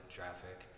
traffic